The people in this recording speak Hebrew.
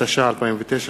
התש"ע 2009,